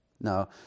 no